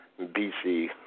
BC